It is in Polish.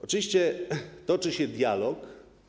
Oczywiście toczy się dialog.